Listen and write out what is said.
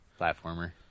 Platformer